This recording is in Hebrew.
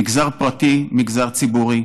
מגזר פרטי, מגזר ציבורי,